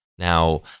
Now